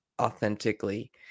authentically